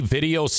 Video